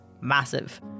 massive